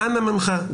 אנא ממך,